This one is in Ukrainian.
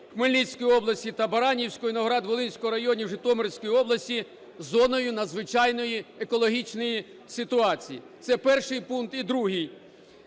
Хмельницької області та Баранівського і Новоград-Волинського районів Житомирської області зоною надзвичайної екологічної ситуації. Це перший пункт. І другий.